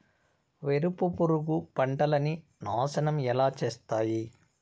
వేరుపురుగు పంటలని నాశనం ఎలా చేస్తాయి?